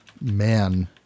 man